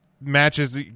matches